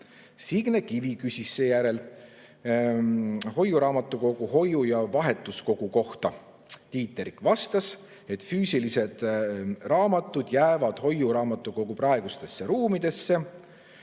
Signe Kivi küsis seejärel hoiuraamatukogu hoiu‑ ja vahetuskogu kohta. Tiit Terik vastas, et füüsilised raamatud jäävad hoiuraamatukogu praegustesse ruumidesse